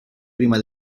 prima